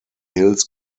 hills